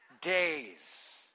days